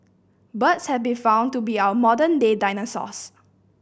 birds have been found to be our modern day dinosaurs